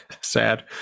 sad